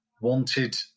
wanted